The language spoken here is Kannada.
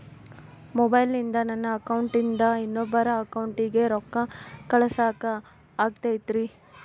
ಮೊಬೈಲಿಂದ ನನ್ನ ಅಕೌಂಟಿಂದ ಇನ್ನೊಬ್ಬರ ಅಕೌಂಟಿಗೆ ರೊಕ್ಕ ಕಳಸಾಕ ಆಗ್ತೈತ್ರಿ?